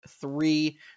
three